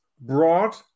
brought